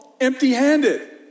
empty-handed